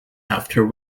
after